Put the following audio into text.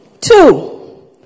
Two